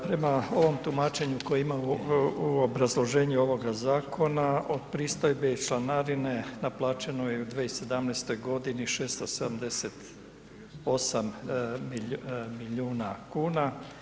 Prema ovom tumačenju u obrazloženju ovoga zakona od pristojbe i članarine naplaćeno je u 2017. godini 678 milijuna kuna.